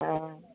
ആ